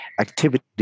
activity